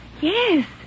Yes